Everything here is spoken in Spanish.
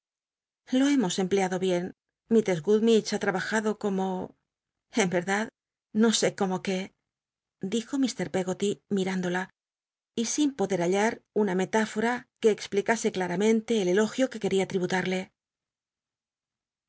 lo hemos empleado bien mi stress gumm idgc ha trabajado como en verdad no sé como c ué dijo mr peggoly mi r indola y sin poder hallar una metlifora que explica sem el elogio que quería